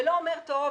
ולא אומר: טוב,